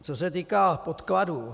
Co se týká podkladů.